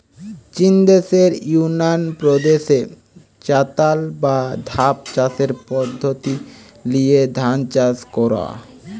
চিন দেশের ইউনান প্রদেশে চাতাল বা ধাপ চাষের পদ্ধোতি লিয়ে ধান চাষ কোরা